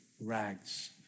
rags